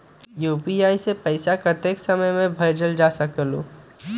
UPI से पैसा कतेक समय मे भेजल जा स्कूल?